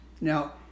now